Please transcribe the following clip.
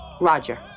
Roger